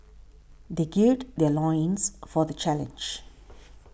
they gird their loins for the challenge